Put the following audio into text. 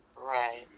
Right